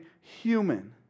human